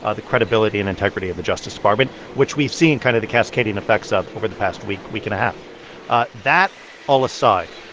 ah the credibility and integrity of the justice department, which we've seen kind of the cascading effects of over the past week, week and a half ah that all aside,